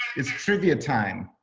it's trivia time.